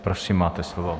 Prosím, máte slovo.